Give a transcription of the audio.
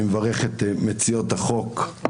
אני מברך את מציעות החוק.